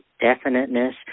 definiteness